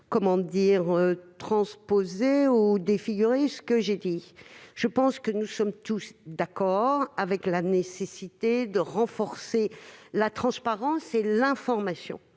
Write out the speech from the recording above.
n'ayez pas transposé ou défiguré mes propos, je pense que nous sommes tous d'accord avec la nécessité de renforcer la transparence et l'information.